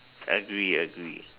agree agree